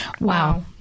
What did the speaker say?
wow